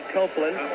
Copeland